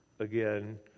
again